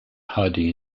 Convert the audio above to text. hiding